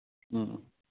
ꯎꯝ